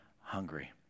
hungry